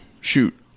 shoot